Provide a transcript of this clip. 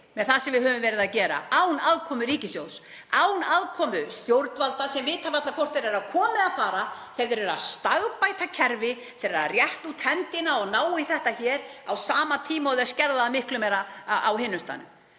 með það sem við höfum verið að gera án aðkomu ríkissjóðs, án aðkomu stjórnvalda sem vita varla hvort þau eru að koma eða fara þegar þau eru að stagbæta kerfi, rétta út höndina og ná í þetta hér á sama tíma og þau skerða það miklu meira á hinum staðnum.